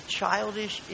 childish